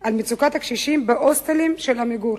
על מצוקת הקשישים בהוסטלים של "עמיגור",